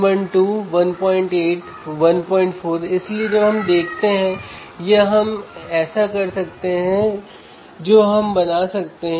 और आप यह भी समझ सकते हैं कि हम लाभ को बदल सकते हैं